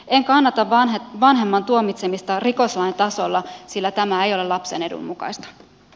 en kannata vanhemman tuomitsemista rikoslain tasolla sillä tämä ei ole lapsen edun mukaista